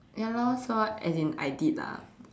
ya lor so as in I did lah